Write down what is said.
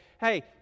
hey